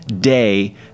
day